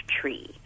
tree